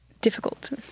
difficult